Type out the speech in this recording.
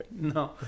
No